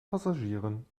passagieren